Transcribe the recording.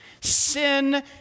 Sin